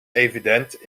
evident